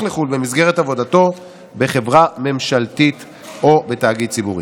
לחו"ל במסגרת עבודתו בחברה הממשלתית או בתאגיד הציבורי,